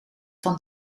van